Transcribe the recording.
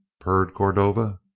purred cordova.